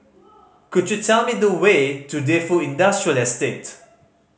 could you tell me the way to Defu Industrial Estate